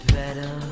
better